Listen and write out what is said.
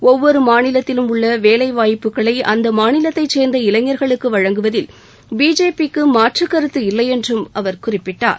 ஒவ்வொரு மாநிலத்திலும் உள்ள வேலைவாய்ப்புகளை அந்த மாநிலத்தை சேர்ந்த இளைஞர்களுக்கு வழங்குவதில் பிஜேபி க்கு மாற்றுக் கருத்து இல்லையென்றும் அவர் குறிப்பிட்டார்